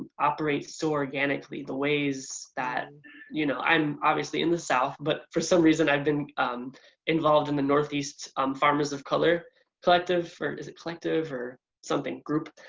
operates so organically, the ways that you know. i'm obviously in the south but for some reason i've been involved in the northeast um farmers of color collective. or is it collective or something, group.